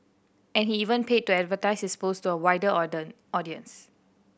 and he even paid to advertise his post to a wider audience